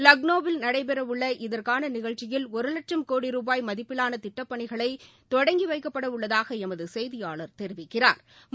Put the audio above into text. லக்ளோவில் நடைபெறவுள்ள இதற்கான நிகழ்ச்சியில் ஒரு வட்சும் கோடி ரூபாய் மதிப்பிலான திட்டப்பணிகளை தொடங்கி வைக்கவுள்ளதாக எமது செய்தியாளா் தெரிவிக்கிறாா்